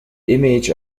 image